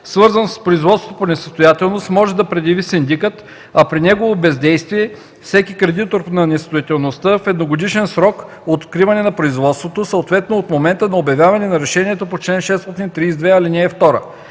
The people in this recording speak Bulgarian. свързан с производството по несъстоятелност, може да предяви синдикът, а при негово бездействие – всеки кредитор на несъстоятелността, в едногодишен срок от откриване на производството, съответно от момента на обявяването на решението по чл. 632,